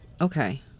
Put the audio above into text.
Okay